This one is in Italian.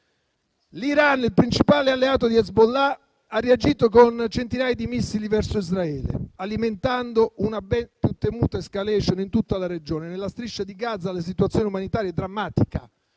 L'Iran, il principale alleato di Hezbollah, ha reagito con centinaia di missili verso Israele, alimentando una ben più temuta *escalation* in tutta la regione. Nella Striscia di Gaza la situazione umanitaria è drammatica: